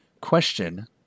Question